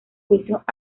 juicios